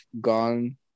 gone